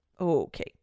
Okay